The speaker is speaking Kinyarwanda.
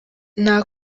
nta